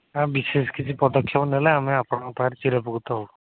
ବିଶେଷ କିଛି ପଦକ୍ଷେପ ନେଲେ ଆମେ ଆପଣଙ୍କ ପାଖରେ ଚିର ଉପକୃତ ହେବୁ